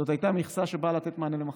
זו הייתה מכסה שבאה לתת מענה למחסור.